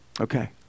Okay